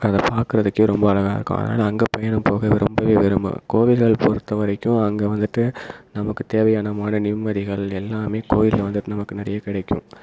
அதை பார்க்கறதுக்கே ரொம்ப அழகாக இருக்கும் அதனால் அங்கே பயணம் போக ரொம்பவே விரும்புவேன் கோவில்கள் பொறுத்த வரைக்கும் அங்கே வந்துட்டு நமக்கு தேவையான மன நிம்மதிகள் எல்லாமே கோவிலில் வந்துட்டு நமக்கு நிறைய கிடைக்கும்